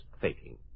faking